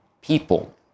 people